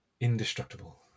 Indestructible